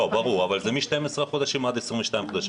ברור, אבל זה מ-12 חודשים עד 22 חודשים.